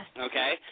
Okay